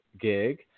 gig